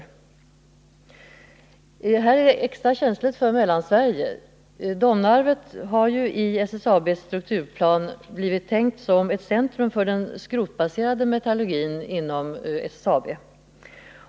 I det här avseendet är det extra känsligt för Mellansveriges del. Domnarvet har nämligen i SSAB:s strukturplan tänkts som ett centrum för den skrotbaserade metallurgin inom SSAB.